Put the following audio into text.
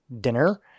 dinner